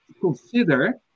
consider